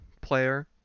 player